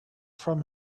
from